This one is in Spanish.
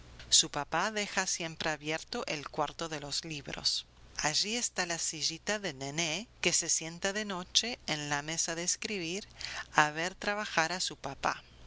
su papá deja siempre abierto el cuarto de los libros allí está la sillita de nené que se sienta de noche en la mesa de escribir a ver trabajar a su papá